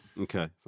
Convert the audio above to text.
Okay